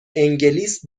انگلیس